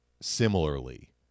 similarly